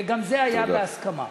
וגם זה היה בהסכמה.